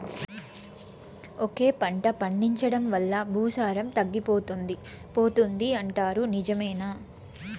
ఒకే పంట పండించడం వల్ల భూసారం తగ్గిపోతుంది పోతుంది అంటారు నిజమేనా